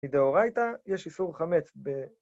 מדאורייתא, יש איסור חמץ ב...